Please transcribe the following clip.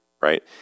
right